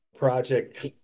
Project